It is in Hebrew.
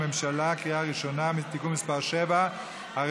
הממשלה (תיקון מס' 7), בקריאה ראשונה.